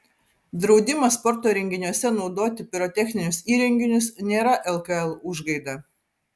draudimas sporto renginiuose naudoti pirotechninius įrenginius nėra lkl užgaida